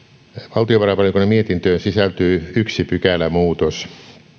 valtiovarainvaliokunnan mietintöön sisältyy yksi pykälämuutos